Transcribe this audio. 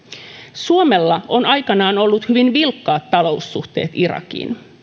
suomella on aikanaan ollut hyvin vilkkaat taloussuhteet irakiin